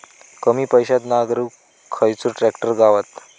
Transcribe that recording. कमी पैशात नांगरुक खयचो ट्रॅक्टर गावात?